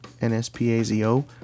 N-S-P-A-Z-O